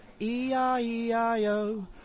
e-i-e-i-o